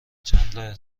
چندلر